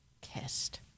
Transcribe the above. Kissed